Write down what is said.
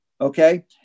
okay